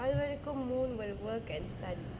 அது வரைக்கு:athu varaikku moon will work and study